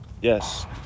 Yes